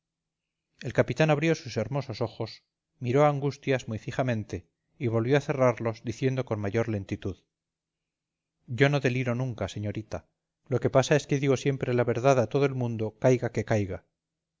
el capitán abrió sus hermosos ojos miró a angustias muy fijamente y volvió a cerrarlos diciendo con mayor lentitud yo no deliro nunca señorita lo que pasa es que digo siempre la verdad a todo el mundo caiga que caiga